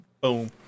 Boom